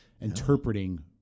interpreting